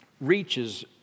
reaches